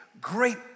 great